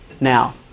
Now